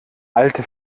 alte